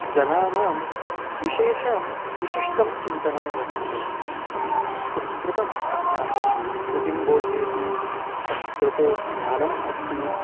जनानां विशेषं वैशिष्ट्यं चिन्तनं वर्तते संस्कृतम् अस्माकं संस्कृतिं बोधयति संस्कृतेः ज्ञानम् अस्ति